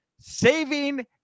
saving